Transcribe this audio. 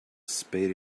spade